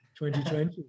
2020